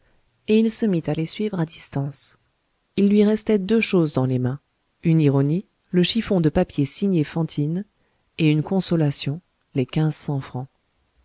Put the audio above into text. et il se mit à les suivre à distance il lui restait deux choses dans les mains une ironie le chiffon de papier signé fantine et une consolation les quinze cents francs